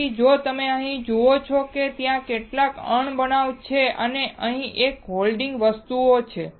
તેથી જો તમે અહીં જુઓ છો કે ત્યાં કેટલાક અણબનાવ છે અને અહીં એક હોલ્ડિંગ વસ્તુઓ છે